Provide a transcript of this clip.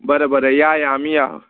बरें बरें या आमी या